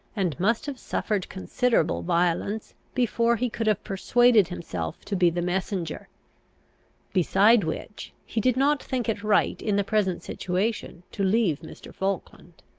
and must have suffered considerable violence, before he could have persuaded himself to be the messenger beside which, he did not think it right in the present situation to leave mr. falkland.